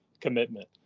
commitment